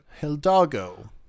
Hildago